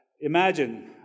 imagine